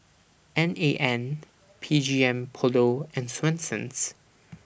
N A N B G M Polo and Swensens